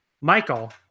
Michael